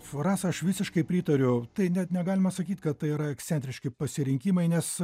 su rasa aš visiškai pritariu tai net negalima sakyti kad tai yra ekscentriški pasirinkimai nes